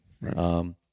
Right